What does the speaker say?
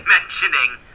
Mentioning